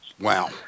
Wow